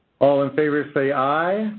all in favor say aye.